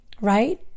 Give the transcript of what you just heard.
right